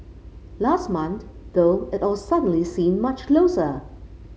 last month though it all suddenly seemed much closer